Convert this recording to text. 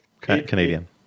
Canadian